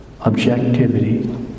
Objectivity